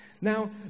Now